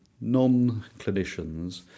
non-clinicians